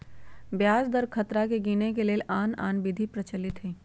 ब्याज दर खतरा के गिनेए के लेल आन आन विधि प्रचलित हइ